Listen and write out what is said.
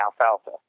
alfalfa